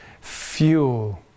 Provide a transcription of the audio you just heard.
fuel